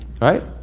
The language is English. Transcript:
Right